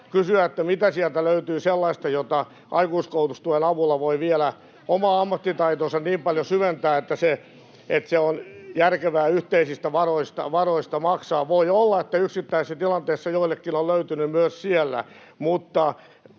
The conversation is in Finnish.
kysyä, mitä sieltä löytyy sellaista, jolla aikuiskoulutustuen avulla voi vielä omaa ammattitaitoansa niin paljon syventää, että se on järkevää yhteisistä varoista maksaa. Voi olla, että yksittäisissä tilanteissa joillekin on löytynyt myös siellä, mutta